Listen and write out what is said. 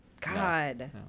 God